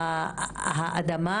האדמה